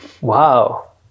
wow